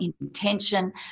intention